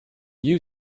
you